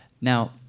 Now